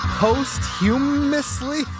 Posthumously